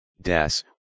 das